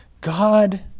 God